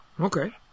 Okay